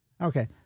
Okay